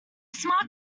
smart